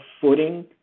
footing